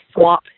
swap